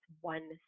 one